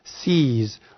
sees